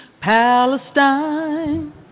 Palestine